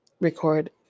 record